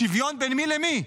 שוויון בין מי למי?